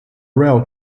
rail